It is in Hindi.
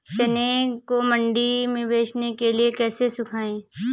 चने को मंडी में बेचने के लिए कैसे सुखाएँ?